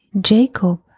Jacob